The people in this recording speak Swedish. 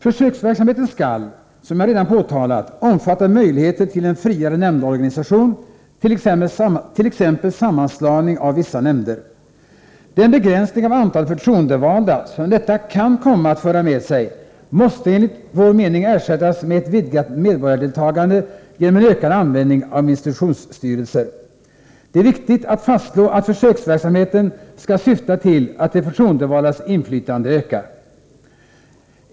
Försöksverksamheten skall, som jag redan framhållit, omfatta möjligheter till en friare nämndorganisation, t.ex. sammanslagning av vissa nämnder. Den begränsning av antalet förtroendevalda som detta kan komma att föra med sig måste enligt vår mening ersättas med ett vidgat medborgardeltagande genom en ökad användning av institutionsstyrelser. Det är viktigt att fastslå att försöksverksamheten skall syfta till att de förtroendevaldas inflytande ökar.